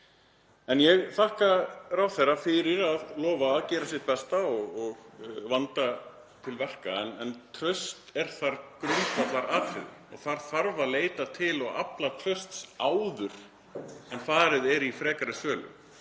Ég þakka ráðherra fyrir að lofa að gera sitt besta og vanda til verka en traust er þar grundvallaratriði. Það þarf að leita og afla trausts áður en farið er í frekari sölu.